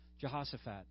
Jehoshaphat